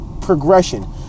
progression